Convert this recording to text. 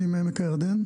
אני מעמק הירדן,